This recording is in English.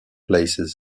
places